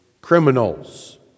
criminals